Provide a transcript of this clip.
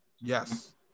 yes